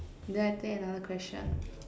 then I take another question